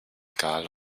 egal